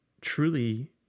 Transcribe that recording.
truly